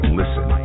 listen